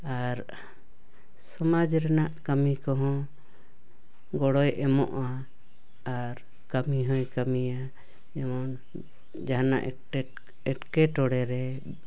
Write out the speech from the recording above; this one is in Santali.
ᱟᱨ ᱥᱚᱢᱟᱡᱽ ᱨᱮᱱᱟᱜ ᱠᱟᱹᱢᱤ ᱠᱚᱦᱚᱸ ᱜᱚᱲᱚᱭ ᱮᱢᱚᱜᱼᱟ ᱟᱨ ᱠᱟᱹᱢᱤ ᱦᱚᱭ ᱠᱟᱹᱢᱤᱭᱟ ᱡᱮᱢᱚᱱ ᱡᱟᱦᱟᱱᱟᱜ ᱮᱴᱠᱮᱴᱚᱬᱮ ᱨᱮ